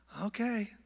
Okay